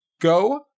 Go